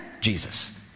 Jesus